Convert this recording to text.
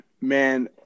man